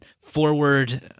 forward